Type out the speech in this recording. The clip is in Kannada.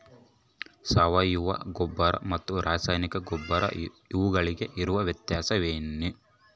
ಸಾವಯವ ಗೊಬ್ಬರ ಮತ್ತು ರಾಸಾಯನಿಕ ಗೊಬ್ಬರ ಇವುಗಳಿಗೆ ಇರುವ ವ್ಯತ್ಯಾಸ ಏನ್ರಿ?